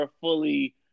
fully